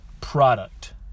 product